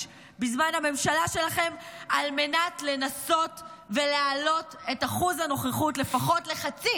בזמן הממשלה שלכם על מנת לנסות ולהעלות את אחוז הנוכחות לפחות לחצי